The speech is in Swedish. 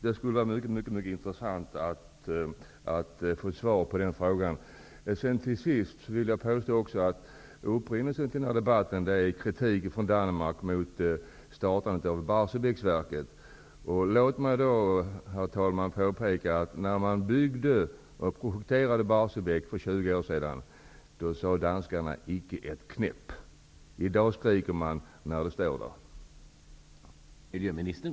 Det vore mycket intressant att få ett svar på den frågan. Till sist vill jag säga att upprinnelsen till den här debatten är kritik från Danmark mot startandet av Barsebäcksverket. Jag vill då bara påpeka att när man för 20 år sedan projekterade och byggde Barsbäcksverket sade danskarna icke ett knäpp. I dag när det står där skriker man.